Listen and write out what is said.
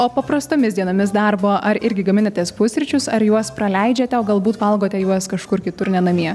o paprastomis dienomis darbo ar irgi gaminatės pusryčius ar juos praleidžiate o galbūt valgote juos kažkur kitur ne namie